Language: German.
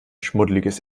schmuddeliges